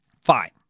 Fine